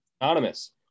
anonymous